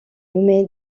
nommé